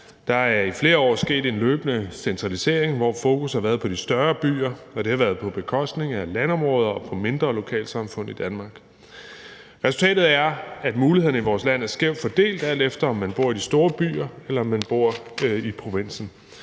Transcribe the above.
Der er i flere år sket en løbende centralisering, hvor fokus har været på de større byer, og det har været på bekostning af landområder og mindre lokalsamfund i Danmark. Resultatet er, at mulighederne i vores land er skævt fordelt, alt efter om man bor i de store byer eller bor i provinsen.